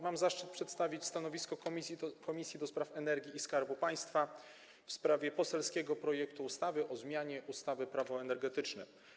Mam zaszczyt przedstawić stanowisko Komisji do Spraw Energii i Skarbu Państwa w sprawie poselskiego projektu ustawy o zmianie ustawy Prawo energetyczne.